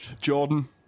Jordan